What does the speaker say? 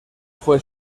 fue